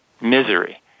misery